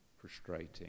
frustrating